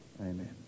amen